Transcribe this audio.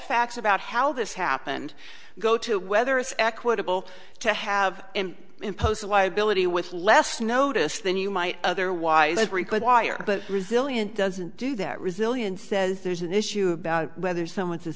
facts about how this happened go to whether it's equitable to have imposed liability with less notice than you might otherwise require but resilient doesn't do that resilience says there's an issue about whether someone's a